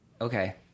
Okay